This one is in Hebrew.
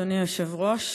אדוני היושב-ראש,